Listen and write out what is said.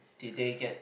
did they get